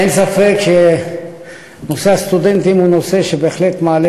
אין ספק שנושא הסטודנטים בהחלט מעלה